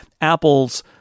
Apple's